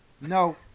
No